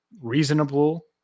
reasonable